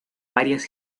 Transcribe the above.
varias